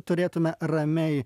turėtume ramiai